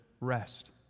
rest